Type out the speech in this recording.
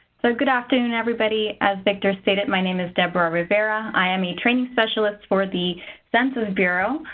so good afternoon, everybody. as victor stated, my name is deborah rivera. i am a training specialist for the census bureau.